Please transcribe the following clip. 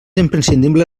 imprescindible